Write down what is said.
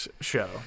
show